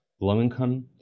Low-income